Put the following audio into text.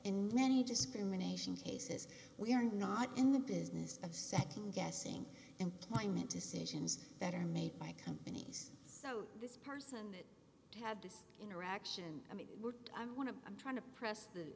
in many discrimination cases we are not in the business of nd guessing employment decisions that are made by companies so this person that had this interaction i mean i want to i'm trying to press